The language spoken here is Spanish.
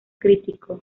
crítico